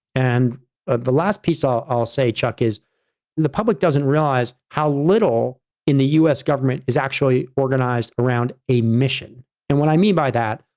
and ah the last piece, i'll i'll say, chuck, is the public doesn't realize how little in the us government is actually organized around a mission. and what i mean by that,